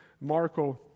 Marco